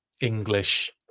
English